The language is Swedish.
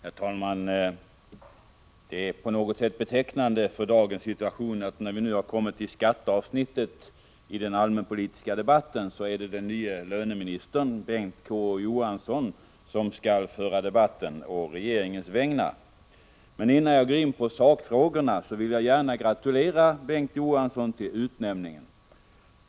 Herr talman! Det är på något sätt betecknande för dagens situation, att när vi nu har kommit till skatteavsnittet i den allmänpolitiska debatten är det den nye löneministern Bengt Johansson som skall föra debatten å regeringens vägnar. Innan jag går in på sakfrågorna vill jag gärna gratulera Bengt Johansson till utnämningen.